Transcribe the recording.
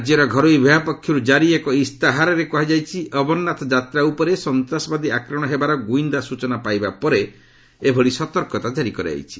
ରାଜ୍ୟର ଘରୋଇ ବିଭାଗ ପକ୍ଷରୁ ଜାରି ଏକ ଇସ୍ତାହାରରେ କୁହାଯାଇଛି ଅମରନାଥ ଯାତ୍ରା ଉପରେ ସନ୍ତାସବାଦୀ ଆକ୍ରମଣ ହେବାର ଗ୍ରଇନ୍ଦା ସ୍ବଚନା ପାଇବା ପରେ ଏପରି ସତର୍କତା ଜାରି କରାଯାଇଛି